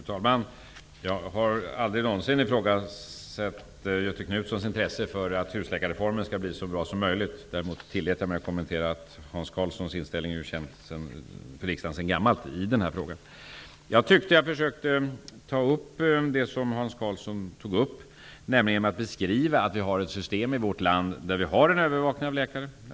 Fru talman! Jag har aldrig någonsin ifrågasatt Göthe Knutsons intresse för att husläkarreformen skall bli så bra som möjligt. Däremot tillät jag mig att kommentera att Hans Karlssons inställning i denna fråga är känd för riksdagen sedan gammalt. Jag tycker att jag försökte ta upp det som Hans Karlsson tog upp genom att beskriva att vi i vårt land har ett system med övervakning av läkare.